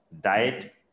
diet